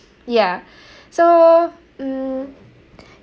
yeah so mm